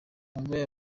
mube